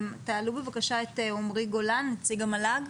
תעלו בבקשה את עמרי גולן, נציג המל"ג.